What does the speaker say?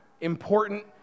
important